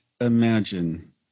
imagine